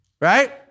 right